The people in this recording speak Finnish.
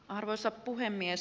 arvoisa puhemies